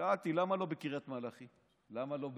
שאלתי: למה לא בקריית מלאכי, למה לא באשקלון,